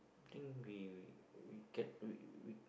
I think we we we can't we